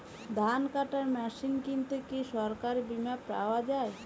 ধান কাটার মেশিন কিনতে কি সরকারী বিমা পাওয়া যায়?